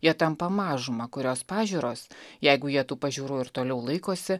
jie tampa mažuma kurios pažiūros jeigu jie tų pažiūrų ir toliau laikosi